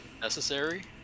necessary